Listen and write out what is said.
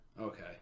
Okay